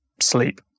sleep